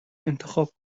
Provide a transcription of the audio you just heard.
انتخاب